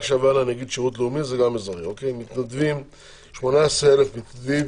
מתנדבים 18,000 מתנדבים,